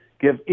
give